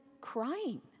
crying